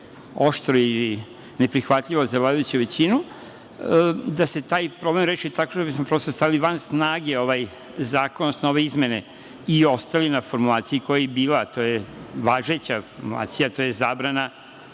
oštro ili neprihvatljivo za vladajuću većinu, da se taj problem reši tako da bismo prosto stavili van snage ovaj zakon, odnosno ove izmene i ostali na formulaciji koja je i bila, a to je važeća formulacija, to je zabrana